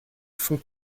fond